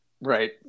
right